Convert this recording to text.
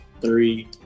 three